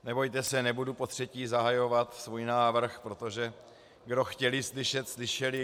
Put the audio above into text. Nebojte se, nebudu potřetí zahajovat svůj návrh, protože kdo chtěli slyšet, slyšeli.